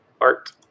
art